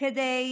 כדי